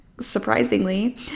surprisingly